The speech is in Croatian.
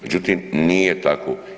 Međutim, nije tako.